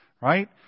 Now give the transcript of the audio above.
right